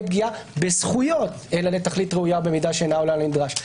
פגיעה בזכויות אלא לתכלית ראויה במידה שאינה עולה על הנדרש.